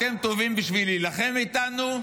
אתם טובים בשביל להילחם איתנו,